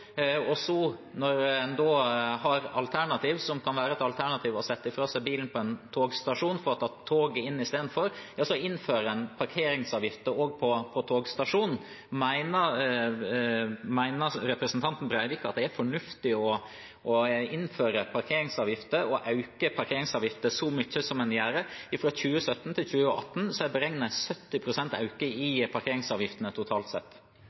Når det da kan være et alternativ å sette fra seg bilen på en togstasjon for å ta toget inn istedenfor, ja, så innfører en parkeringsavgifter på togstasjonen. Mener representanten Breivik at det er fornuftig å innføre parkeringsavgifter og øke parkeringsavgiftene så mye som man gjør? Fra 2017 til 2018 er det beregnet at det har vært en økning på 70 pst. i parkeringsavgifter totalt sett.